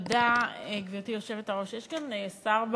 תודה, גברתי היושבת-ראש, יש כאן שר באולם,